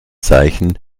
zeichen